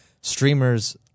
streamers